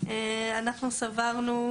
אנחנו סברנו,